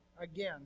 again